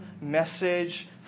message